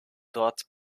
dort